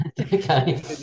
Okay